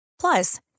Plus